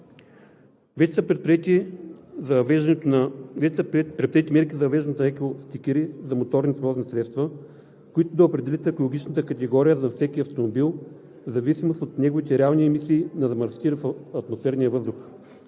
Вече са предприети мерки за въвеждането на екостикери за моторни превозни средства, които да определят екологичната категория на всеки автомобил, в зависимост от неговите реални емисии на замърсители в атмосферния въздух.